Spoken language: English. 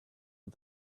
and